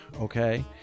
Okay